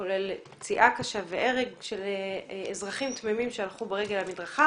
כולל פציעה קשה והרג של אזרחים תמימים שהלכו ברגל על המדרכה